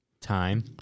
time